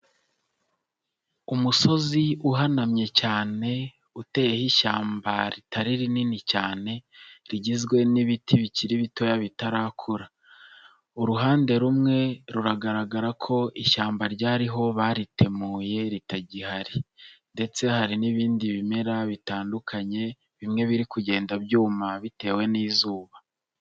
Umusozi uhanamye cyane, uteyeho ishyamba ritari rinini cyane, rigizwe n'ibiti bikiri bitoya bitarakura. Uruhande rumwe ruragaragara ko ishyamba ryariho baritemuye ritagihari ndetse hari n'ibindi bimera bitandukanye, bimwe biri kugenda byuma bitewe n'izuba.